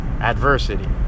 adversity